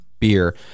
beer